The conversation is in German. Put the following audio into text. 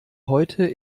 heute